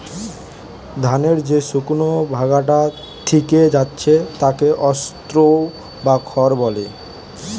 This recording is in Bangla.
ধানের যে শুকনো ভাগটা থিকে যাচ্ছে তাকে স্ত্রও বা খড় বলে